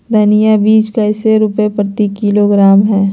धनिया बीज कैसे रुपए प्रति किलोग्राम है?